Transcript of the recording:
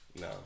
No